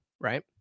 right